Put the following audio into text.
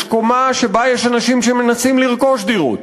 יש קומה שבה יש אנשים שמנסים לרכוש דירות.